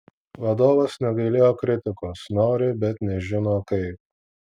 vadovas negailėjo kritikos nori bet nežino kaip